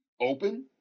Open